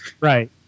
Right